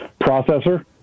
processor